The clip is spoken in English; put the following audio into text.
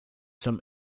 some